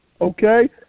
Okay